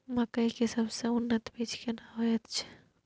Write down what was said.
मकई के सबसे उन्नत बीज केना होयत छै?